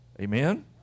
Amen